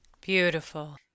Beautiful